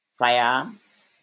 firearms